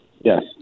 Yes